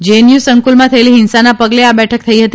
JNU સંકુલમાં થયેલી હિંસાના પગલે આ બેઠક થઇ હતી